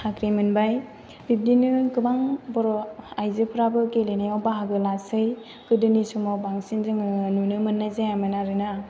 साख्रि मोनबाय बिबदिनो गोबां बर' आइजोफ्राबो गेलेनायाव बाहागो लासै गोदोनि समाव बांसिन जोङो नुनो मोननाय जायामोन आरोना